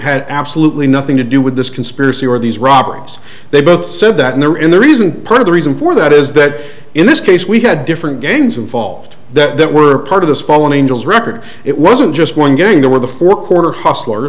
had absolutely nothing to do with this conspiracy or these robberies they both said that in their in the reason part of the reason for that is that in this case we had different gangs involved that were part of this fallen angels record it wasn't just one gang there were the four corner hustler